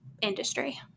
industry